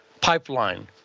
pipeline